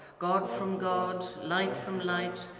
god from god, light from light,